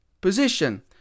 position